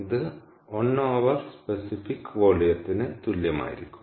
ഇത് 1 over specific വോളിയത്തിന് ന് തുല്യമായിരിക്കും